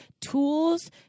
tools